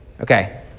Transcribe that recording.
okay